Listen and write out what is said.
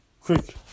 Quick